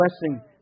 blessing